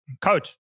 coach